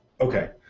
Okay